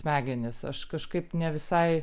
smegenis aš kažkaip ne visai